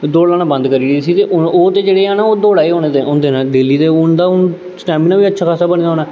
ते दौड़ लाना बंद करी ओड़ी सी ते हून ओह् ते जेह्ड़े हैन ओह् ते दौड़ा दे होने होंदे न डेली ते उं'दा हून स्टैमना बी अच्छा खासा बने दा होना ऐ